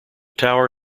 tower